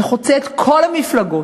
שחוצה את כל המפלגות,